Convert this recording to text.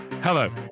Hello